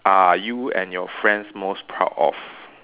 are you and your friends most proud of